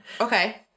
Okay